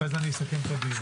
ואז אני אסכם את הדיון.